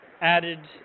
added